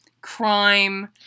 Crime